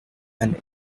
and